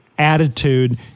Attitude